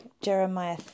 Jeremiah